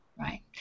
Right